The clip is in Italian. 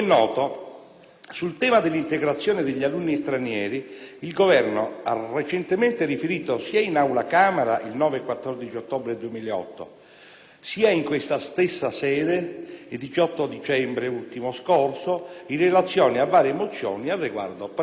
sul tema dell'integrazione degli alunni stranieri il Governo ha recentemente riferito sia alla Camera, il 9 e il 14 ottobre 2008, sia in questa stessa sede, il 18 dicembre scorso, in relazione a varie mozioni al riguardo presentate.